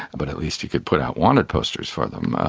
but at least you could put out wanted posters for them.